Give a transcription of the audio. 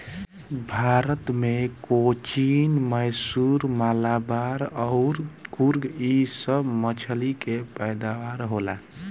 भारत मे कोचीन, मैसूर, मलाबार अउर कुर्ग इ सभ मछली के पैदावार होला